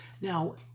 Now